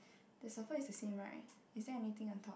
the sofa is the same right is there anything on top